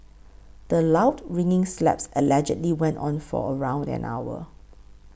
the loud ringing slaps allegedly went on for around an hour